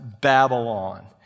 Babylon